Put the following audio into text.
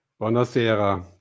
Buonasera